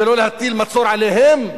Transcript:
ולא להטיל מצור עליהם.